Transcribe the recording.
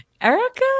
Erica